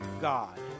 God